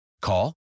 Call